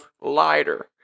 lighter